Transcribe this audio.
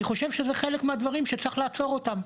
חושב שזה חלק מהדברים שצריך לעצור אותם,